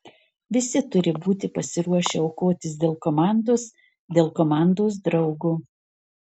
visi turi būti pasiruošę aukotis dėl komandos dėl komandos draugo